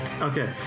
Okay